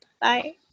Bye